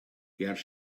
ger